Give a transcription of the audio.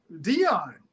Dion